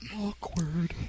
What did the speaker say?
Awkward